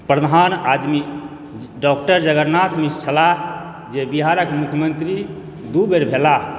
प्रधान आदमी डॉक्टर जगन्नाथ मिश्र छलाह जे बिहारक मुख्यमन्त्री दू बेर भेलाह